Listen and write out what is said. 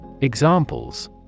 Examples